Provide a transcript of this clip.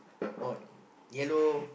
on yellow